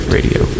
Radio